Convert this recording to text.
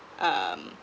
um